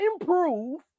improve